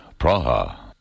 Praha